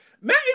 Matt